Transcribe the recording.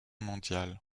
mondial